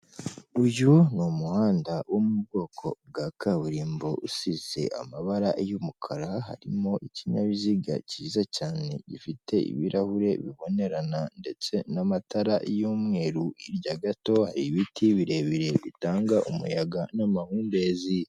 Uyu ni umuhanda wo mu bwoko bwa kaburimbo usize amabara y'umukara, harimo ikinyabiziga cyiza cyane gifite ibirahure bibonerana ndetse n'amatara y'umweru, hirya gato hari ibiti birebire bitanga umuyaga n'amahumbezi.